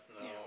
No